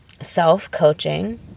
self-coaching